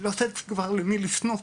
לא ידעתי כבר למי לפנות,